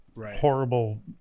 horrible